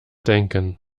denken